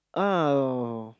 ah oh